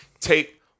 take